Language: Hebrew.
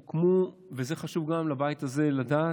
הוקמו, וזה חשוב גם בבית הזה לדעת,